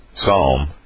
Psalm